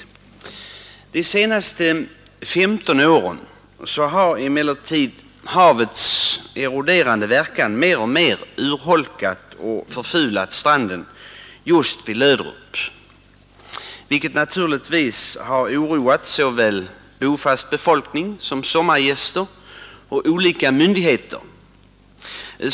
Under de senaste 15 åren har emellertid havets eroderande verkan mer och mer urholkat och förfulat stranden just vid Löderup, vilket naturligtvis har oroat såväl bofast befolkning som sommargäster och olika myndigheter.